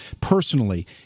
personally